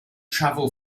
travel